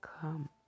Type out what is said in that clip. come